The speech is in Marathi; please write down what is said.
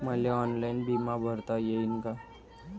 मले ऑनलाईन बिमा भरता येईन का?